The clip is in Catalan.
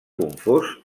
confós